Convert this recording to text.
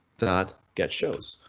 that get shows.